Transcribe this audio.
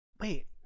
Wait